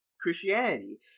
christianity